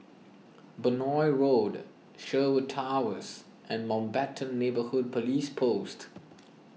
Benoi Road Sherwood Towers and Mountbatten Neighbourhood Police Post